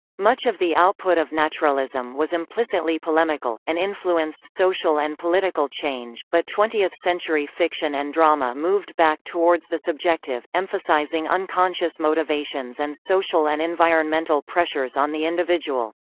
much of the output of naturalism was implicitly polemical, and influenced social and political change, but twentieth century fiction and drama moved back towards the subjective, emphasizing unconscious motivations and social and environmental pressures on the individual.